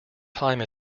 time